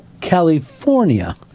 California